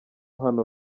hano